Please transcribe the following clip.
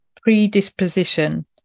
predisposition